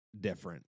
different